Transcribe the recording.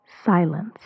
Silence